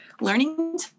learning